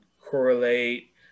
correlate